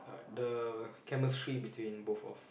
uh the chemistry between both of